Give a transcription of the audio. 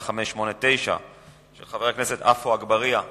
1589 של חבר הכנסת עפו אגבאריה בנושא: